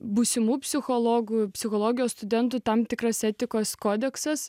būsimų psichologų psichologijos studentų tam tikras etikos kodeksas